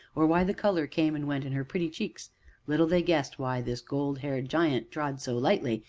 or why the color came and went in her pretty cheeks little they guessed why this golden-haired giant trod so lightly,